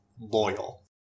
loyal